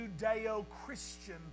Judeo-Christian